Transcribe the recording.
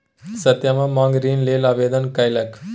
सत्यम माँग ऋण लेल आवेदन केलकै